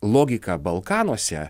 logika balkanuose